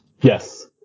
Yes